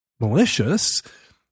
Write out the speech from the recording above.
malicious